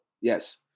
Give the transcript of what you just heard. Yes